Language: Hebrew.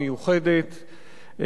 על החוק הזה,